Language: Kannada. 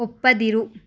ಒಪ್ಪದಿರು